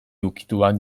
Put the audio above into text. ukituak